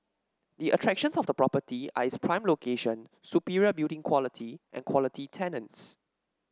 the attractions of the property are its prime location superior building quality and quality tenants